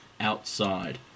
outside